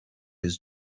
his